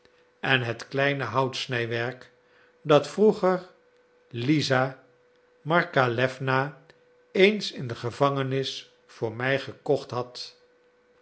en het kleine houtsnijwerk dat vroeger lisa markalewna eens in de gevangenis voor mij gekocht had